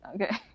okay